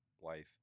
wife